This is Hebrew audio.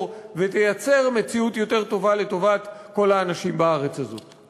ותייצר מציאות יותר טובה לטובת כל האנשים בארץ הזאת.